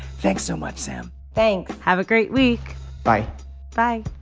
thanks so much, sam thanks have a great week bye bye